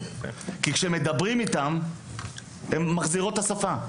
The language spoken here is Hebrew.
כי כשמדברים איתן הן מחזירות את השפה.